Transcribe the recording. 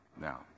Now